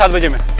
ah with hemant.